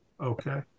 Okay